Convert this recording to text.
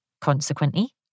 Consequently